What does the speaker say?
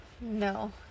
No